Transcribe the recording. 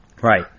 Right